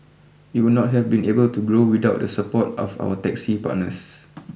we would not have been able to grow without the support of our taxi partners